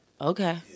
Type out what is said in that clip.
okay